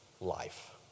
life